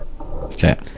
Okay